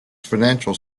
financial